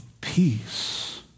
peace